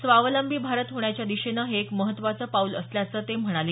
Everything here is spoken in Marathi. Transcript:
स्वावलंबी भारत होण्याच्या दिशेनं हे एक महत्वाचं पाऊल असल्याचं ते म्हणाले